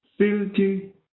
Filthy